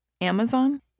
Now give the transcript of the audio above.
Amazon